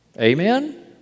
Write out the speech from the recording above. amen